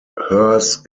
hers